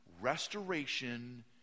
restoration